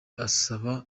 asaba